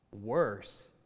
Worse